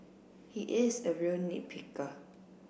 he is a real nit picker